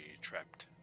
trapped